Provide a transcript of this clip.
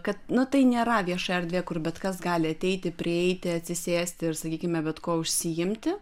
kad nu tai nėra vieša erdvė kur bet kas gali ateiti prieiti atsisėsti ir sakykime bet kuo užsiimti